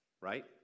right